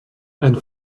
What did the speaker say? and